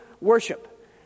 worship